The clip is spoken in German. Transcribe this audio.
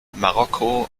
marokko